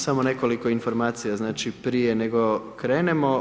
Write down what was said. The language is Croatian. Samo nekoliko informacija znači prije nego krenemo.